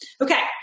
Okay